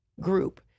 group